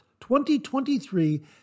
2023